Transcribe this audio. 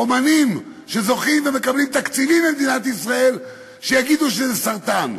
אמנים שזוכים ומקבלים תקציבים ממדינת ישראל ואומרים שזה סרטן.